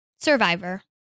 Survivor